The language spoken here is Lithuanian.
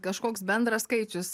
kažkoks bendras skaičius